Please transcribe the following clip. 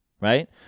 Right